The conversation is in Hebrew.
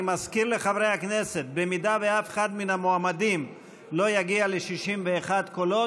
אני מזכיר לחברי הכנסת: אם אף אחד מהמועמדים לא יגיע ל-61 קולות,